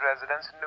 residence